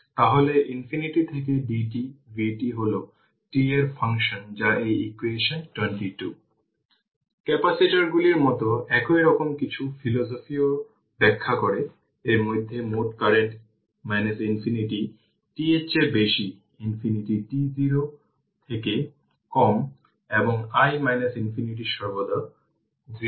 সুতরাং চিত্র 7 এ দেখানো সার্কিটের ক্যাপাসিটর C1 এবং C2 এর ইনিশিয়াল ভোল্টেজ ইস্টাব্লিশ হয়েছে সোর্স গুলি দেখানো হয়নি তবে ইনিশিয়াল কন্ডিশনগুলি ইস্টাব্লিশ হয়েছে